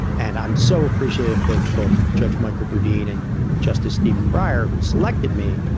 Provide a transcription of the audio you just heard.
and i'm so appreciative to both judge michael boudin and justice stephen breyer, who selected me.